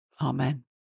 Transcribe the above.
Amen